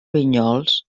vinyols